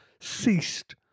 ceased